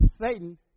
Satan